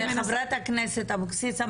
חברת הכנסת אבקסיס,